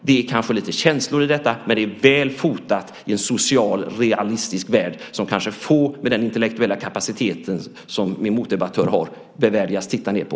Det är kanske lite känslor i detta, men det är väl fotat i en social realistisk värld som kanske får med den intellektuella kapaciteten som min motdebattör har bevärdigats titta ned på.